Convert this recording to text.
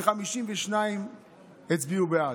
ו-52 הצביעו בעד.